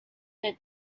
the